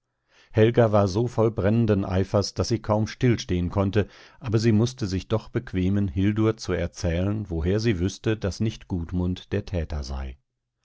helga war so voll brennenden eifers daß sie kaum stillstehen konnte aber sie mußte sich doch bequemen hildur zu erzählen woher sie wüßte daß nicht gudmund der täter sei